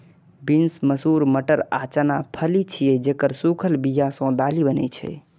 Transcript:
beans, मसूर, मटर आ चना फली छियै, जेकर सूखल बिया सं दालि बनै छै